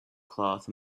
cloth